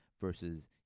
versus